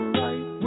right